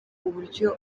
uburyo